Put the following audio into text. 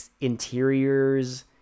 interiors